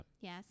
yes